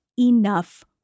enough